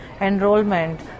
enrollment